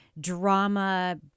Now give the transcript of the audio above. drama